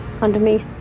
underneath